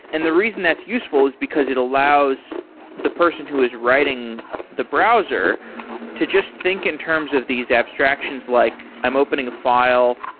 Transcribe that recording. and the reason that's useful is because it allows the person who is writing the browser to just think in terms of these abstractions, like i'm opening a file,